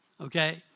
okay